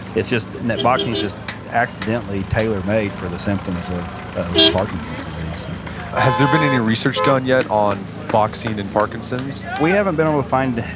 it's just, in that boxing's just accidentally tailor-made for the symptoms of of parkinson's disease so has there been any research done yet on boxing and parkinson's? we haven't been able to find,